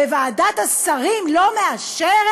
וועדת השרים לא מאשרת.